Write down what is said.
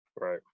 Right